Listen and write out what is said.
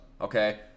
okay